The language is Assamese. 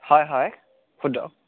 হয় হয় সোধক